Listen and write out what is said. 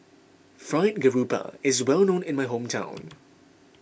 Fried Garoupa is well known in my hometown